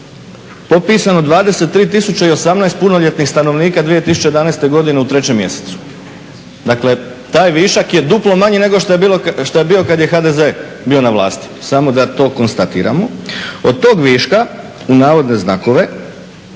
popisano 23 tisuće i 18 punoljetnih stanovnika 2011. godine u 3. mjesecu. Dakle, taj višak je duplo manji nego što je bio kada je HDZ bio na vlasti. Samo da to konstatiramo. Od tog viška, u navodne znakove,